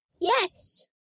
Yes